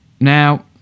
now